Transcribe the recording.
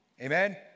Amen